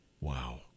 Wow